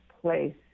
place